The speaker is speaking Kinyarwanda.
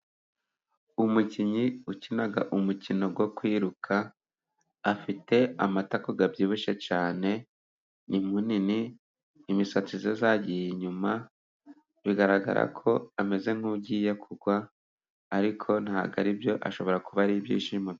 Umukinnyi wakinaga umukino wo kwiruka, afite amatako abyibushye cyane ni munini, imisatsi ye yagiye inyuma bigaragara ko ameze nk'ugiye kugwa, ariko ntabwo ari byo ashobora kuba ari ibyishimo......